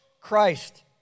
Christ